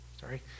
sorry